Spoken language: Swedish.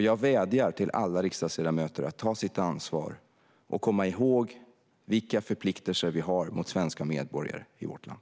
Jag vädjar till alla riksdagsledamöter att ta sitt ansvar och komma ihåg vilka förpliktelser vi har mot svenska medborgare och invånare i vårt land.